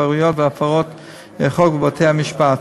התפרעויות והפרות חוק בבתי-המשפט.